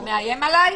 אתה מאיים עליי?